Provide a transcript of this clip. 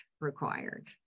required